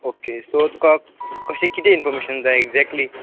okay so तुका कशें कितें इन्फॅारमेशन जाय ऍक्जॅटक्ली